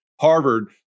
Harvard